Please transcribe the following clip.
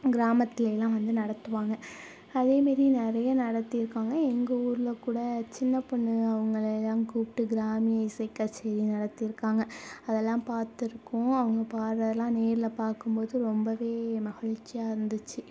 கிராமத்துலைலாம் வந்து நடத்துவாங்க அதேமாரி நிறையே நடத்தியிருக்காங்க எங்கள் ஊரில் கூட சின்ன பொண்ணு அவங்கள எல்லாம் கூப்பிட்டு கிராமிய இசை கச்சேரி நடத்தியிருக்காங்க அதல்லாம் பார்த்துருக்கோம் அவங்க பாடறதுலா நேரில் பார்க்கும்போது ரொம்பவே மகிழ்ச்சியா இருந்திச்சு